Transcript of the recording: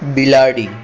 બિલાડી